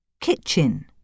Kitchen